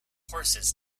horses